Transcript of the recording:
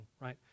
right